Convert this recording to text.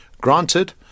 Granted